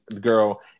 girl